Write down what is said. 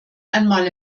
einmal